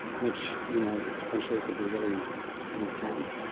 which, you know, potentially, it could be really intense,